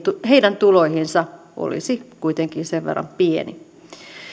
heidän tuloihinsa olisi kuitenkin sen verran pieni